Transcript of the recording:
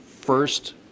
first